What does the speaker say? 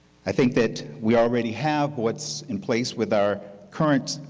i think that we already have what's in place with our current